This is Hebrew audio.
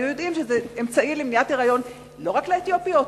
היו יודעים שזה אמצעי למניעת היריון לא רק לאתיופיות,